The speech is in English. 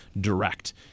direct